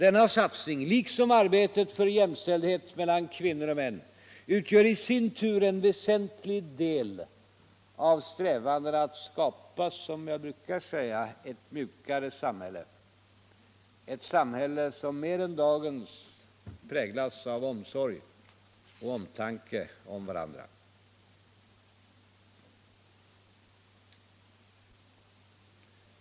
Denna satsning, liksom arbetet för jämställdhet mellan kvinnor och män, utgör i sin tur en väsentlig del av strävandena att skapa, som jag brukar säga, ett mjukare samhälle, ett samhälle som mer än dagens präglas av omsorg och omtanke om varandra.